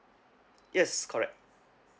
yes correct